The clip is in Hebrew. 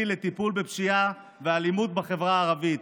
לטיפול בפשיעה ואלימות בחברה הערבית,